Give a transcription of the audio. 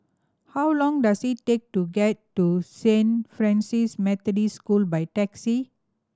how long does it take to get to Saint Francis Methodist School by taxi